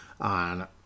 on